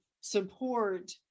support